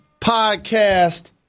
Podcast